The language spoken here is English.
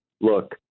look